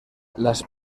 las